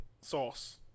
sauce